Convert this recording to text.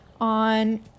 on